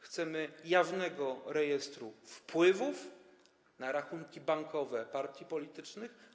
Chcemy jawnego rejestru wpływów na rachunki bankowe partii politycznych.